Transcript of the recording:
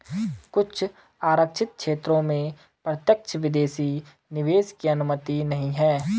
कुछ आरक्षित क्षेत्रों में प्रत्यक्ष विदेशी निवेश की अनुमति नहीं है